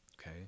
okay